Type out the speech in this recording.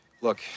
Look